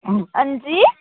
अंजी